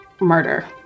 murder